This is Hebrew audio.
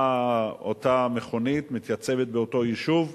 באה אותה מכונית, מתייצבת באותו יישוב,